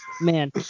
man